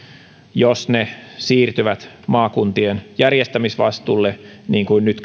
jos ne siirtyvät maakuntien järjestämisvastuulle niin kuin nyt